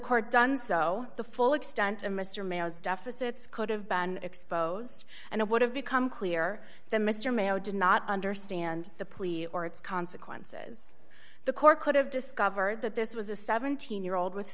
court done so the full extent of mr males deficit's could have been exposed and it would have become clear that mr mayo did not understand the police or its consequences the court could have discovered that this was a seventeen year old with